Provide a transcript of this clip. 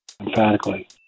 emphatically